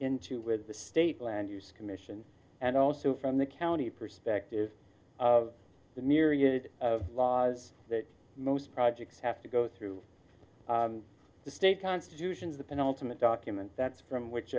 into with the state land use commission and also from the county perspective of the myriad of laws that most projects have to go through the state constitution is the penultimate document that's from which